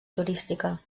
turística